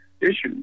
issues